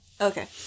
Okay